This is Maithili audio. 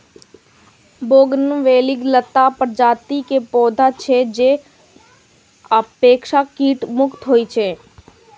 बोगनवेलिया लता प्रजाति के पौधा छियै, जे अपेक्षाकृत कीट मुक्त होइ छै